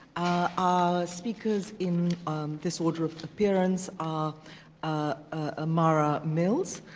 our speakers in this order of appearance are ah mara mills,